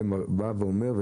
זה בא ואומר,